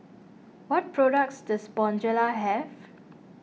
what products does Bonjela have